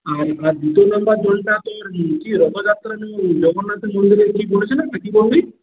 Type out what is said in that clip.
আর দ্বিতীয় নম্বর দোলটা তোর কি রথযাত্রা নিয়ে জগন্নাথের মন্দিরে কি বলেছে না একটা কি বললি